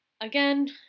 again